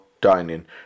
dining